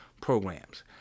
programs